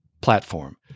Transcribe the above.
platform